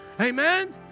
Amen